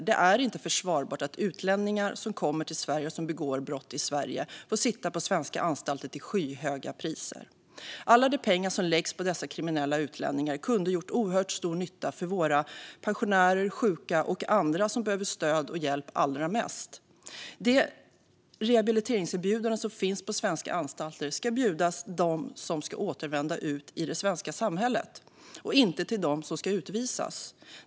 Det är inte försvarbart att utlänningar som kommer till Sverige och begår brott får sitta på svenska anstalter till skyhöga priser. Alla de pengar som läggs på dessa kriminella utlänningar kunde ha gjort oerhört stor nytta för våra pensionärer, sjuka och andra som behöver stöd och hjälp allra mest. De rehabiliteringserbjudanden som finns på svenska anstalter ska erbjudas dem som ska återvända ut i det svenska samhället och inte till dem som ska utvisas.